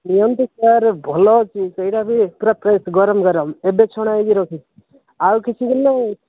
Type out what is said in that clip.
ନିଅନ୍ତୁ ସାର୍ ଭଲ ଅଛି ସେଇରା ବି ପୁରା ଫ୍ରେସ୍ ଗରମ ଗରମ ଏବେ ଛଣା ହୋଇକି ରଖିଛି ଆଉ କିଛି ହେଲେ